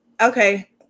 okay